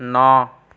ন